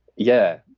yeah.